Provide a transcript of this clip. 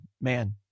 man